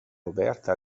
roberta